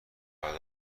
بعد